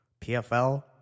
PFL